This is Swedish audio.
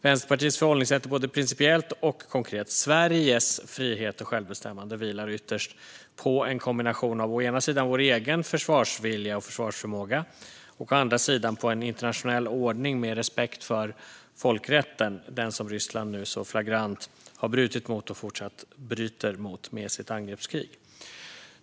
Vänsterpartiets förhållningssätt är både principiellt och konkret. Sveriges frihet och självbestämmande vilar ytterst på en kombination av å ena sidan vår egen försvarsvilja och försvarsförmåga och å andra sidan en internationell ordning med respekt för folkrätten, den som Ryssland nu flagrant har brutit mot och fortsatt bryter mot med sitt angreppskrig.